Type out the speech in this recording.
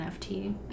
NFT